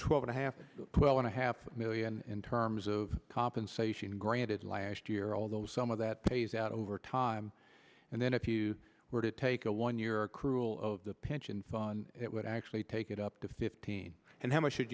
twelve and a half well and a half million in terms of compensation granted last year although some of that pays out over time and then if you were to take a one year accrual of the pension fund it would actually take it up to fifteen and how much